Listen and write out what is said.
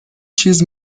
چیز